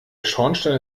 schornstein